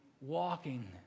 walking